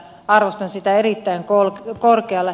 arvostan sitä erittäin korkealle